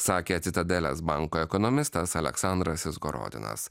sakė citadelės banko ekonomistas aleksandras izgorodinas